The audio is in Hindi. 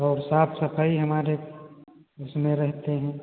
और साफ सफाई हमारे इसमें रहती है